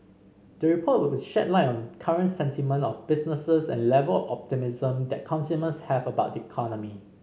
the report will shed light on current sentiment of businesses and level optimism that consumers have about the economy